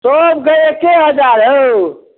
सभके एक्के हजार हउ